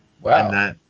Wow